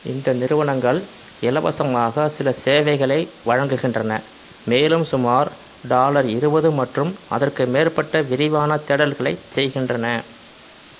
இந்த நிறுவனங்கள் இலவசமாக சில சேவைகளை வழங்குகின்றன மேலும் சுமார் டாலர் இருபது மற்றும் அதற்கு மேற்பட்ட விரிவான தேடல்களை செய்கின்றன